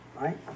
Right